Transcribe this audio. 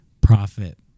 profit